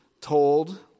told